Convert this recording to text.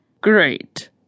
great